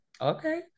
Okay